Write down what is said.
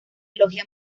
logia